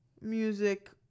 music